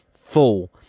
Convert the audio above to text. full